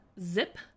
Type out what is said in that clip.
zip